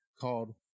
called